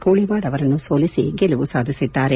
ಕೋಳಿವಾಡ್ ಅವರನ್ನು ಸೋಲಿಸಿ ಗೆಲುವು ಸಾಧಿಸಿದ್ದಾರೆ